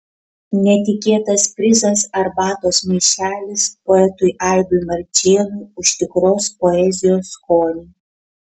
netikėtas prizas arbatos maišelis poetui aidui marčėnui už tikros poezijos skonį